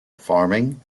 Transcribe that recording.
farming